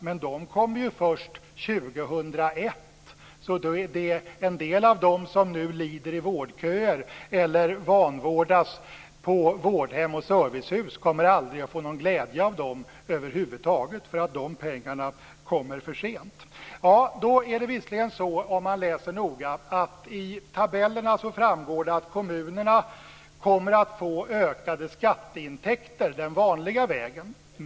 Men de kommer ju först år 2001. En del av dem som nu lider i vårdköer eller vanvårdas på vårdhem och servicehus kommer aldrig att få någon glädje av dessa pengar över huvud taget, eftersom de kommer för sent. Av tabellerna framgår det att kommunerna kommer att få ökade skatteintäkter den vanliga vägen.